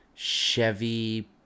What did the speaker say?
Chevy